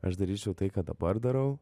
aš daryčiau tai ką dabar darau